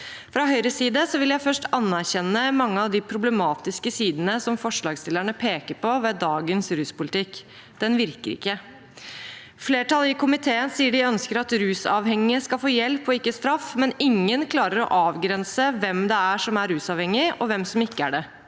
Fra Høyres side vil jeg først anerkjenne mange av de problematiske sidene som forslagsstillerne peker på ved dagens ruspolitikk. Den virker ikke. Flertallet i komiteen sier de ønsker at rusavhengige skal få hjelp, ikke straff, men ingen klarer å avgrense hvem det er som er rusavhengig, og hvem som ikke er det.